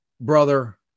brother